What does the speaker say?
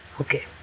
Okay